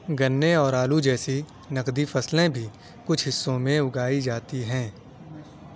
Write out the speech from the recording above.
گنے اور آلو جیسی نقدی فصلیں بھی کچھ حصوں میں اگائی جاتی ہیں